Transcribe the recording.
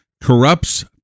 corrupts